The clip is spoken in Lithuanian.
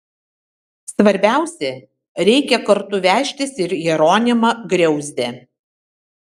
svarbiausia reikia kartu vežtis ir jeronimą griauzdę